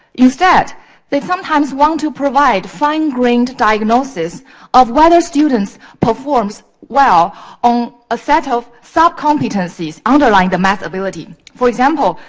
instead, they sometimes want to provide fine-grained diagnosis of whether students performs well on a set of sub-competencies underlined the math ability. for example,